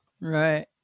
Right